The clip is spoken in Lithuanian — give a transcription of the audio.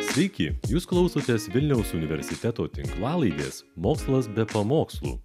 sveiki jūs klausotės vilniaus universiteto tinklalaidės mokslas be pamokslų